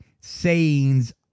sayings